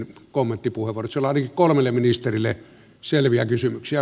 siellä on ainakin kolmelle ministerille selviä kysymyksiä